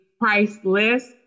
priceless